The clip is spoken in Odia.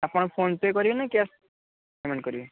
ଆପଣ ଫୋନ ପେ୍ କରିବେ ନା କ୍ୟାସ୍ ପେମେଣ୍ଟ କରିବେ